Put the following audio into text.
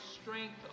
strength